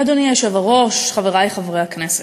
אדוני היושב-ראש, חברי חברי הכנסת,